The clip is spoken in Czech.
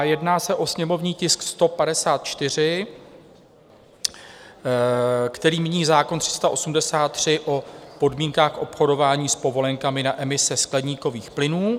Jedná se o sněmovní tisk 154, který mění zákon 383 o podmínkách obchodování s povolenkami na emise skleníkových plynů.